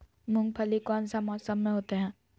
मूंगफली कौन सा मौसम में होते हैं?